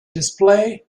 display